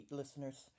listeners